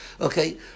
Okay